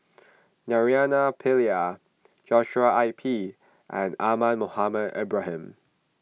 Naraina Pillai Joshua I P and Ahmad Mohamed Ibrahim